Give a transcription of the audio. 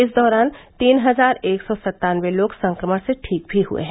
इस दौरान तीन हजार एक सौ सत्तानबे लोग संक्रमण से ठीक भी हुए हैं